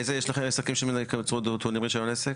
איזה יש לכם עסקים --- רישיון עסק?